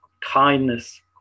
kindness